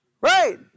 Right